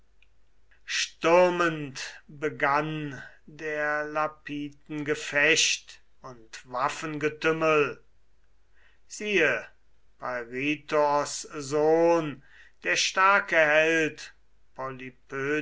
stürmend begann der lapithen gefecht und waffengetümmel siehe peirithoos sohn der starke held